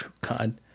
god